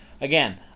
Again